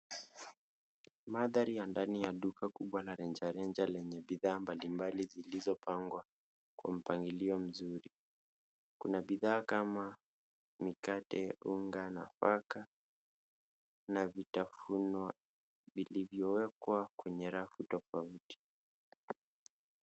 Mandhari ya ndani ya duka kubwa la rejareja lenye bidhaa mbalimbali zilizopangwa kwa mpangilio mzuri. Kuna bidhaa kama mikate, unga, nafaka na vitafunwa vilivyowekwa kwenye rafu tofauti.